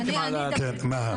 תסבירו לי לאט שאני אבין מהר.